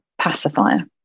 pacifier